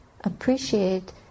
appreciate